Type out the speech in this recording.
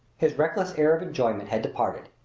his reckless air of enjoyment had departed.